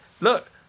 look